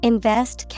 Invest